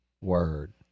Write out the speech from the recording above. Word